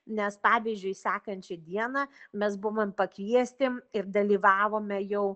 nes pavyzdžiui sekančią dieną mes buvom pakviesti ir dalyvavome jau